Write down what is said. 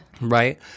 Right